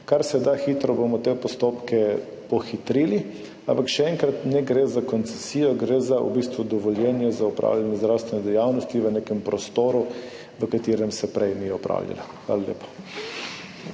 kar se da hitro bomo te postopke pohitrili. Ampak še enkrat, ne gre za koncesijo, gre v bistvu za dovoljenje za opravljanje zdravstvene dejavnosti v nekem prostoru, v katerem se prej ni opravljala. Hvala lepa.